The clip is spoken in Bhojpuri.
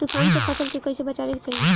तुफान से फसल के कइसे बचावे के चाहीं?